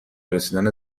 رسیدن